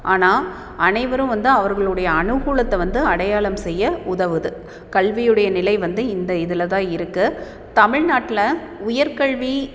ஆனால் அனைவரும் வந்து அவர்களுடைய அனுகூலத்தை வந்து அடையாளம் செய்ய உதவுது கல்வியுடைய நிலை வந்து இந்த இதில்தான் இருக்குது தமிழ்நாட்டில் உயர்க்கல்வி